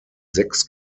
sechs